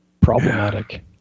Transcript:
problematic